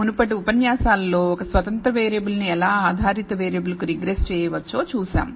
మునుపటి ఉపన్యాసాల లో ఒక స్వతంత్ర వేరియబుల్ ను ఎలా ఆధారిత వేరియబుల్ కు regress చేయవచ్చో చూశాం